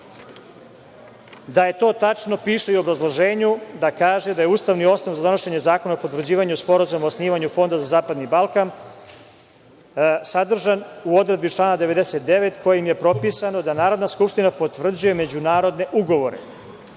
je to tačno, piše i u obrazloženju, da kaže da je ustavni osnov za donošenje zakona o potvrđivanju Sporazuma o osnivanju Fonda za zapadni Balkan sadržan u odredbi člana 99. kojim je propisano da Narodna skupština potvrđuje međunarodne ugovore.